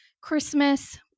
Christmas